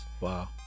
Wow